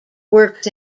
works